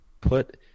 put